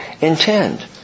intend